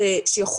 שזה גם